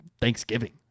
Thanksgiving